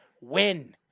Win